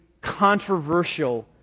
controversial